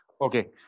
okay